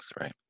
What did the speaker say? Right